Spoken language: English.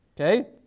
Okay